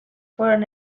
fueron